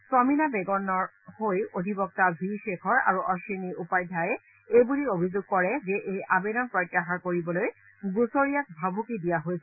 স্বামীনা বেগমৰ হৈ অধিবক্তা ভি শেখৰ আৰু অশ্নিনী উপাধ্যায়ে এই বুলি অভিযোগ কৰে যে এই আবেদন প্ৰত্যাহাৰ কৰিবলৈ গুচৰীয়াক ভাবুকি দিয়া হৈছিল